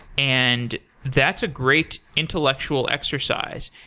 and that's a great intellectual exercise.